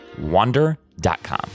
wander.com